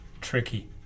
Tricky